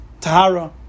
Tahara